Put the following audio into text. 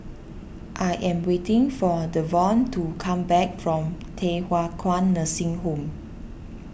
I am waiting for Davon to come back from Thye Hua Kwan Nursing Home